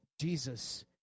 Jesus